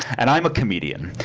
and i'm a comedian,